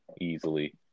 Easily